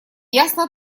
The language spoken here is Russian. ясно